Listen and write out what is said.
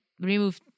remove